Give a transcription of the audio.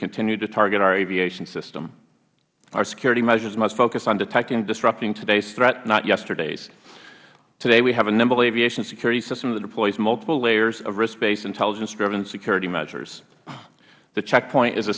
continue to target our aviation system our security measures must focus on detecting and disrupting today's threat not yesterday's today we have a nimble aviation security system that deploys multiple layers of risk based intelligence driven security measures the checkpoint is a